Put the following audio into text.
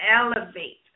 Elevate